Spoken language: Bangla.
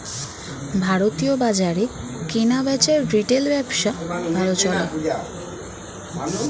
ভারতীয় বাজারে কেনাবেচার রিটেল ব্যবসা ভালো চলে